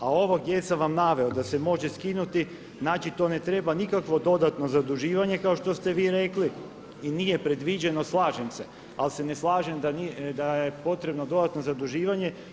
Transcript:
A ovo gdje sam vam naveo da se može skinuti znači to ne treba nikakvo dodatno zaduživanje kao što ste vi rekli i nije predviđeno slažem se, ali se ne slažem da je potrebno dodatno zaduživanje.